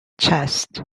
chest